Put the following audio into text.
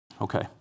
Okay